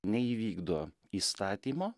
neįvykdo įstatymo